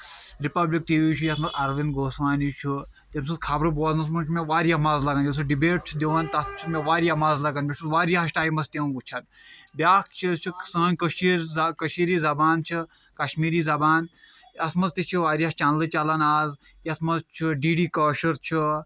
republic T V چھُ یتھ منٛز ارونٛد گوسامی چھُ تمۍ سٕنٛز خبرٕ بوزنس منٛز چھُ مےٚ واریاہ مزٕ لگان ییٚلہِ سُہ ڈِبیٖٹ چھُ دِوان تتھ چھُ مےٚ واریاہ مزٕ لگن بہٕ چُھس وارِہس ٹیمس تِم وِچھن بیاکھ چیٖز چھُ سٲنۍ کٔشیٖر کٔشیٖری زبان چھِ کشمیٖری زبان اتھ منٛز تہِ چھِ واریاہ چنلہٕ چلان از یتھ منٛز چھُ ڈی ڈی کٲشُر چھُ